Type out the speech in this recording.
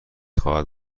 خواهد